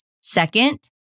second